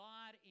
God